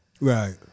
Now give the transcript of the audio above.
Right